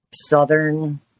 Southern